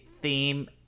theme